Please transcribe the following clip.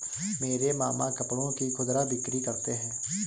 मेरे मामा कपड़ों की खुदरा बिक्री करते हैं